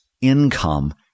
income